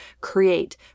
create